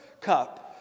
cup